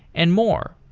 and more.